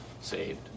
saved